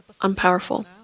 unpowerful